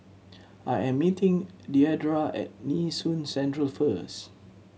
I am meeting Deidra at Nee Soon Central first